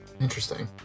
Interesting